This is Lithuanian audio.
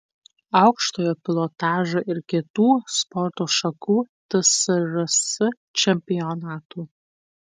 aukštojo pilotažo ir kitų sporto šakų tsrs čempionatų